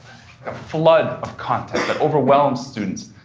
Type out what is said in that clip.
a flood of content that overwhelms students,